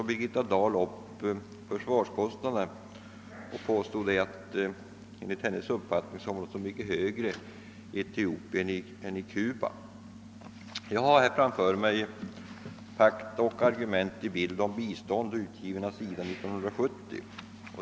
Birgitta Dahl berörde försvarskostnaderna och påstod att de var mycket högre i Etiopien än i Cuba. Jag har framför mig »Fakta och argument i bild om bistånd», utgiven av SIDA 1970.